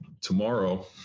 tomorrow